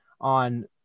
on